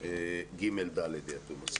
כיתות ג'-ד' יעטו מסיכות.